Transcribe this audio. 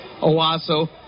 Owasso